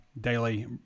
daily